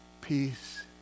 Peace